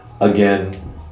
again